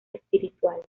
espiritual